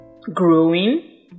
growing